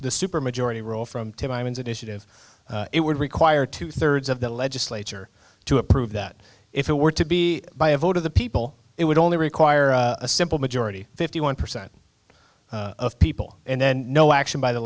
the super majority rule from timmins initiative it would require two thirds of the legislature to approve that if it were to be by a vote of the people it would only require a simple majority fifty one percent of people and then no action by the